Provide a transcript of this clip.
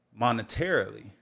monetarily